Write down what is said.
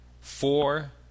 four